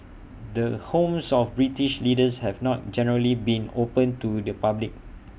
the homes of British leaders have not generally been open to the public